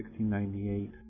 1698